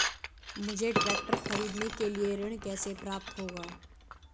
मुझे ट्रैक्टर खरीदने के लिए ऋण कैसे प्राप्त होगा?